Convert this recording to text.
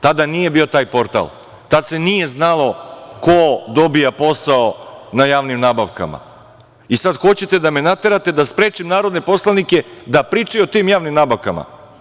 Tada nije bio taj portal, tada se nije znalo ko dobija posao na javnim nabavkama i sada hoćete da me naterate da sprečim narodne poslanike da pričaju o tim javnim nabavkama.